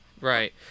Right